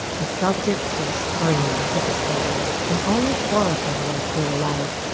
the subjects were screaming, desperately, and only four of them were still alive.